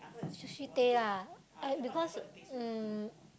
Sushi-Tei ah uh because um